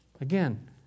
Again